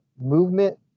movement